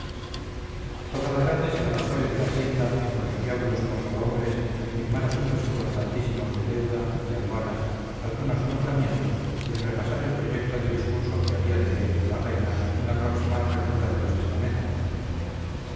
toda la tarde se la pasó el de hacienda en conciliábulos con prohombres en firmar asuntos importantísimos de deuda de aduanas algunos nombramientos y en repasar el proyecto de discurso que había de leer la reina en la próxima apertura de los estamentos